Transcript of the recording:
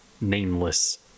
nameless